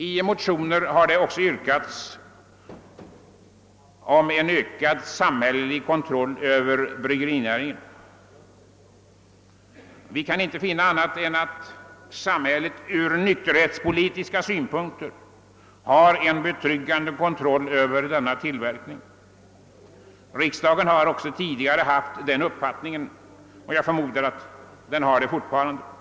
I motioner har det också yrkats på en ökad samhällelig kontroll över bryggerinäringen. Vi kan inte finna annat än att samhället från nykterhetspolitiska synpunkter har en betryggande kontroll över denna tillverkning. Riksdagen har tidigare haft denna uppfattning, och jag förmodar att den fortfarande har den.